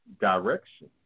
direction